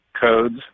codes